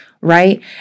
right